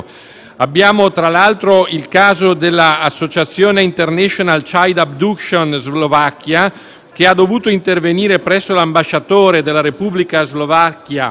Abbiamo, tra l'altro, il caso dell'Associazione International child abduction Slovakia, che è dovuta intervenire presso l'ambasciatore della Repubblica slovacca